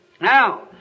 Now